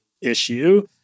issue